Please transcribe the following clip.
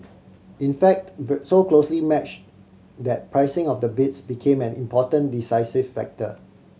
in fact so closely matched that pricing of the bids became an important decisive factor